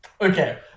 Okay